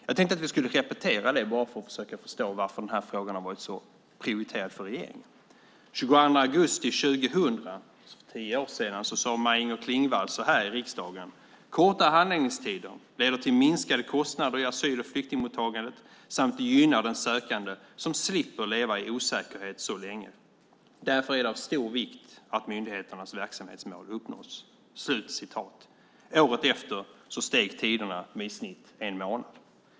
Jag tänkte att vi skulle repetera det, bara för att försöka förstå varför denna fråga har varit så prioriterad för regeringen. Den 22 augusti 2000, alltså för tio år sedan, sade Maj-Inger Klingvall så här i riksdagen: Korta handläggningstider leder till minskade kostnader i asyl och flyktingmottagandet samt gynnar den sökande, som slipper leva i osäkerhet så länge. Därför är det av stor vikt att myndigheternas verksamhetsmål uppnås. Året efter ökade tiderna med i snitt en månad.